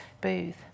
booth